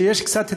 שיש קצת התקדמות,